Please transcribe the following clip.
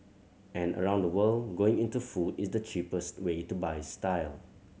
and around the world going into food is the cheapest way to buy style